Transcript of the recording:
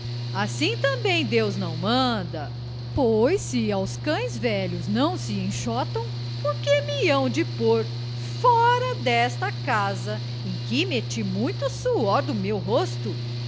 assim também deus não manda pois se aos cães velhos não se enxotam por que me hão de pôr fora desta casa em que meti muito suor do meu rosto